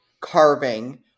carving